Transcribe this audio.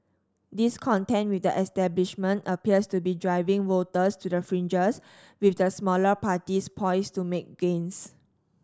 discontent with the establishment appears to be driving voters to the fringes with the smaller parties poised to make gains